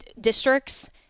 districts